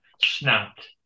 snapped